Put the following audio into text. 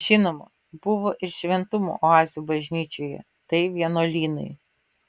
žinoma buvo ir šventumo oazių bažnyčioje tai vienuolynai